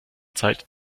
zeit